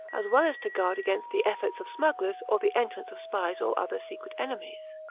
as well as to guard against the efforts of smugglers, or the entrance of spies or other secret enemies.